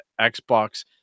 xbox